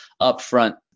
upfront